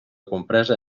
compresa